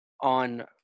on